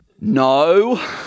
no